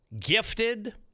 gifted